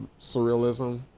surrealism